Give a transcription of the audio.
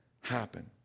happen